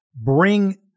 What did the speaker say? bring